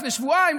לפני שבועיים,